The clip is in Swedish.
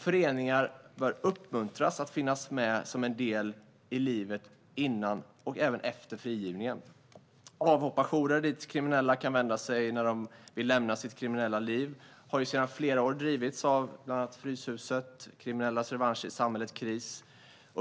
Föreningar bör uppmuntras att finnas med som en del i livet före och även efter frigivningen. Avhopparjourer dit kriminella kan vända sig när de vill lämna sitt kriminella liv har sedan flera år drivits av bland annat Fryshuset och Kriminellas Revansch i Samhället, Kris.